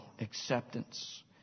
acceptance